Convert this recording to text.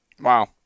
Wow